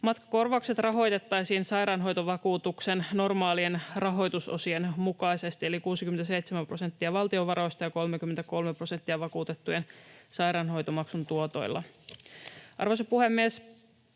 Matkakorvaukset rahoitettaisiin sairaanhoitovakuutuksen normaalien rahoitusosien mukaisesti eli 67 prosenttia valtion varoista ja 33 prosenttia vakuutettujen sairaanhoitomaksun tuotoilla. Arvoisa puhemies!